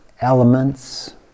elements